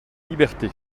liberté